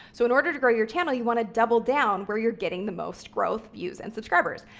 so in order to grow your channel, you want to double down where you're getting the most growth, views, and subscribers.